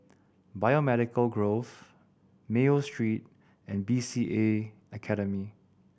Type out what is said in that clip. Biomedical Grove Mayo Street and B C A Academy